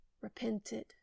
repented